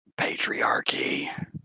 Patriarchy